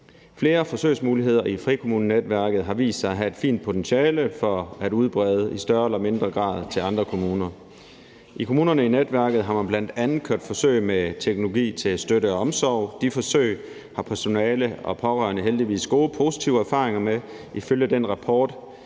Flere forsøgsmuligheder i frikommunenetværket har vist sig at have et fint potentiale for at udbredes, i større eller mindre grad, til andre kommuner. I kommunerne i netværket har man bl.a. kørt forsøg med teknologi til støtte og omsorg. De forsøg har personale og pårørende heldigvis gode, positive erfaringer med, ifølge den rapport,